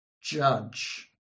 judge